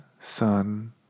sun